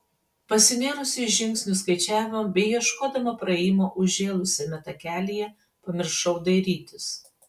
pasinėrusi į žingsnių skaičiavimą bei ieškodama praėjimo užžėlusiame takelyje pamiršau dairytis